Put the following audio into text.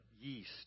Yeast